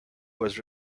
was